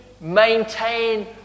maintain